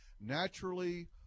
Naturally